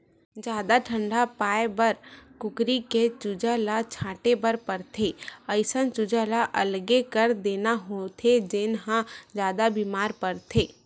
जादा अंडा पाए बर कुकरी के चूजा ल छांटे बर परथे, अइसन चूजा ल अलगे कर देना होथे जेन ह जादा बेमार परथे